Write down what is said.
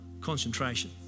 concentration